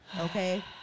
Okay